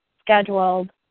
scheduled